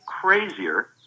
crazier